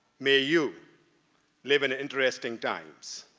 may you live in interesting times.